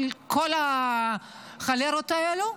כל החולרות האלו,